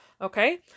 Okay